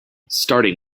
starting